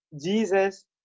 jesus